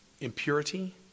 impurity